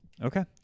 Okay